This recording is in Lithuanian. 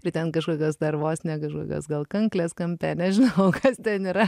ir ten kažkokios dar vos ne kažkokios gal kanklės kampe nežinau kas ten yra